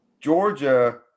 Georgia